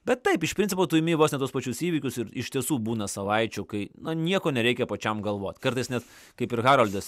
bet taip iš principo tu imi vos ne tuos pačius įvykius ir iš tiesų būna savaičių kai na nieko nereikia pačiam galvot kartais net kaip ir haroldas